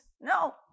No